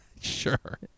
Sure